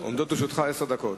עומדות לרשותך עשר דקות.